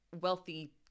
wealthy